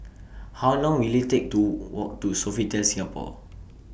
How Long Will IT Take to Walk to Sofitel Singapore